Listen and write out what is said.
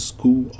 School